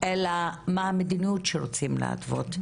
אלא מה המדיניות שרוצים להתוות.